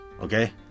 okay